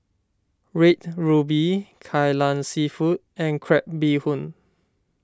Red Ruby Kai Lan Seafood and Crab Bee Hoon